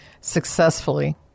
successfully—